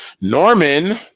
Norman